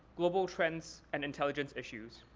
global trends, and intelligence issues.